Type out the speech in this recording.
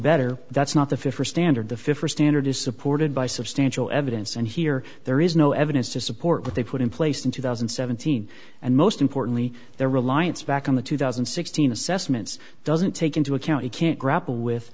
better that's not the fit for standard the fifth standard is supported by substantial evidence and here there is no evidence to support what they put in place in two thousand and seventeen and most importantly their reliance back on the two thousand and sixteen assessments doesn't take into account you can't grapple with